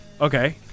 Okay